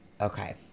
Okay